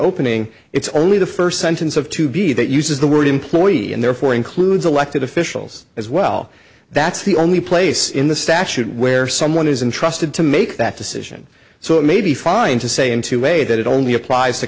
opening it's only the first sentence of to be that uses the word employee and therefore includes elected officials as well that's the only place in the statute where someone is intrusted to make that decision so it may be fine to say in two way that it only applies to